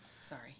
Sorry